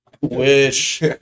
Wish